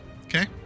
Okay